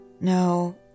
No